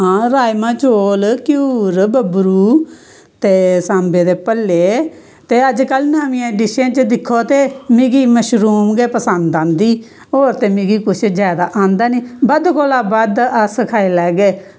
हां राजमां चौल घ्यूर बबरू ते सांबे दे भल्ले ते अज्ज कल नमियें डिशें च दिक्खो दे ते मिगी मशरूम गै पसंद आंदी होर ते कुश मिगी आंदा नी बद्द कोला बद्द आस खाई लैग्गे